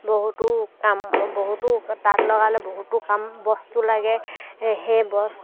বহুতো কাম বহুতো তাঁত লগালে বহুতো কাম বস্তু লাগে সেই বস্তু